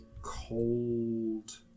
cold